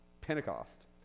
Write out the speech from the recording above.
Pentecost